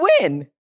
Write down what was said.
win